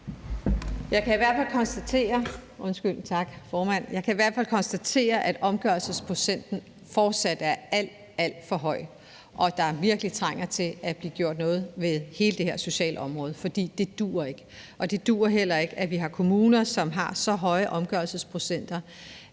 Jeg kan i hvert fald konstatere, at omgørelsesprocenten fortsat er alt, alt for høj, og at der virkelig trænger til at blive gjort noget ved hele det her sociale område, for det duer ikke. Og det duer heller ikke, at vi har kommuner, som har så høje omgørelsesprocenter,